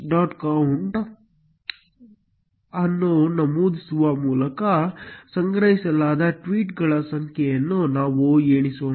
count ಅನ್ನು ನಮೂದಿಸುವ ಮೂಲಕ ಸಂಗ್ರಹಿಸಲಾದ ಟ್ವೀಟ್ಗಳ ಸಂಖ್ಯೆಯನ್ನು ನಾವು ಎಣಿಸೋಣ